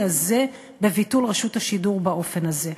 הזה בביטול רשות השידור באופן הזה.